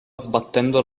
sbattendo